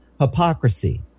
hypocrisy